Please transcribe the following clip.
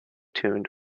tuned